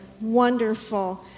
wonderful